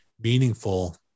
meaningful